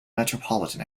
metropolitan